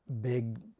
big